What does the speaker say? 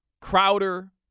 Crowder